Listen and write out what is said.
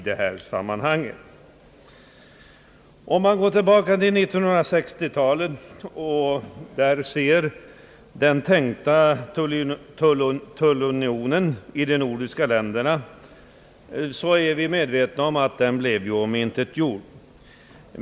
Den i början av 1960-talet tänkta tullunionen i de nordiska länderna blev omintetgjord.